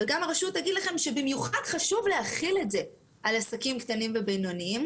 וגם הרשות תגיד לכם שבמיוחד חשוב להחיל את זה על עסקים קטנים ובינוניים,